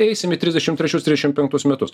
eisime į trisdešim trečius trisdešim penktus metus